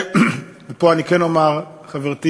ופה אני כן אומר, חברתי